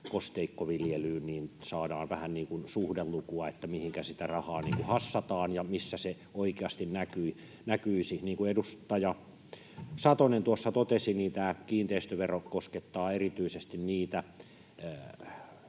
kosteikkoviljelyyn, niin saadaan vähän suhdelukua, mihinkä sitä rahaa hassataan ja missä se oikeasti näkyisi. Niin kuin edustaja Satonen tuossa totesi, kiinteistövero koskettaa erityisesti niitä